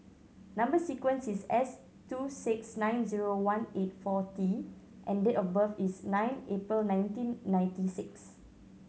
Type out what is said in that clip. number sequence is S two six nine zero one eight four T and date of birth is nine April nineteen ninety six